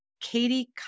Katie